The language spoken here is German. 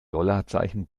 dollarzeichen